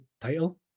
title